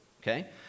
okay